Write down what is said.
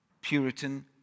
Puritan